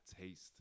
taste